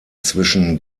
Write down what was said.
zwischen